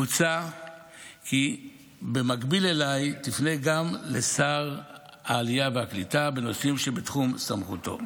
מוצע כי במקביל אליי תפנה גם לשר העלייה והקליטה בנושאים שבתחום סמכותו.